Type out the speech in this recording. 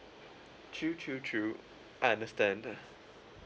true true true I understand